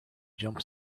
jump